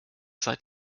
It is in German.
seit